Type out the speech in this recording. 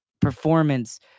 performance